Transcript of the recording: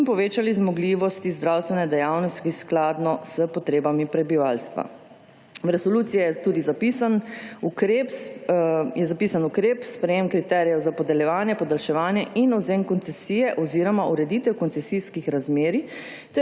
in povečali zmogljivosti zdravstvene dejavnosti skladno s potrebami prebivalstva. V resoluciji je tudi zapisan ukrep, sprejem kriterijev za podeljevanje, podaljševanje in odvzem koncesije oziroma ureditev koncesijskih razmerij